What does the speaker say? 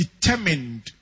determined